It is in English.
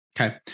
Okay